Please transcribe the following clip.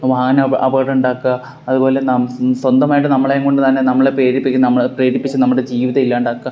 വാഹന അപകടം ഉണ്ടാക്കുക അത്പോലെ സ്വന്തമായിട്ട് നമ്മളെയും കൊണ്ട് തന്നെ നമ്മളെ പേടിപ്പിക്കുന്ന നമ്മളെ പേടിപ്പിച്ച് നമ്മുടെ ജീവിതം ഇല്ലാണ്ടാക്കുക